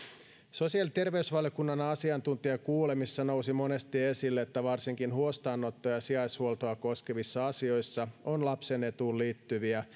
sosiaali ja terveysvaliokunnan asiantuntijakuulemisissa nousi monesti esille että varsinkin huostaanottoa ja sijaishuoltoa koskevissa asioissa on lapsen etuun liittyviä